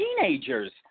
teenagers